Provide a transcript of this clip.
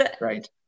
Right